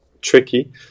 tricky